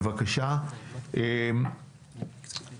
שמענו